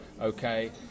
Okay